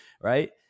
right